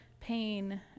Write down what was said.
pain